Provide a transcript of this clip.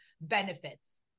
benefits